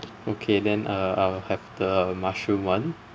okay then uh I'll have the mushroom one